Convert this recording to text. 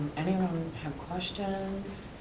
anyone have questions?